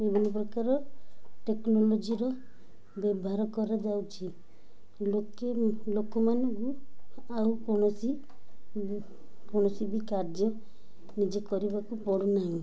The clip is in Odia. ବିଭିନ୍ନ ପ୍ରକାର ଟେକ୍ନୋଲୋଜିର ବ୍ୟବହାର କରାଯାଉଛି ଲୋକେ ଲୋକମାନଙ୍କୁ ଆଉ କୌଣସି କୌଣସି ବି କାର୍ଯ୍ୟ ନିଜେ କରିବାକୁ ପଡ଼ୁନାହିଁ